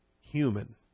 human